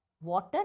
water